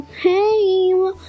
Hey